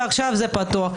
ועכשיו זה פתוח.